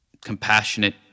compassionate